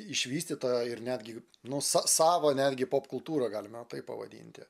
išvystytą ir netgi nu sa savo netgi popkultūrą galime tai pavadinti